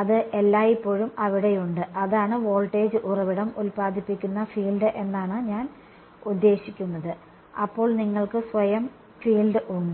അത് എല്ലായിപ്പോഴും അവിടെയുണ്ട് അതാണ് വോൾട്ടേജ് ഉറവിടം ഉൽപ്പാദിപ്പിക്കുന്ന ഫീൽഡ് എന്നാണ് ഞാൻ ഉദ്ദേശിക്കുന്നത് അപ്പോൾ നിങ്ങൾക്ക് സ്വയം ഫീൽഡ് ഉണ്ട്